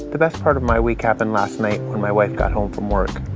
the best part of my week happened last night when my wife got home from work.